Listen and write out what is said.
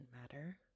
matter